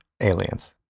aliens